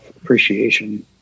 appreciation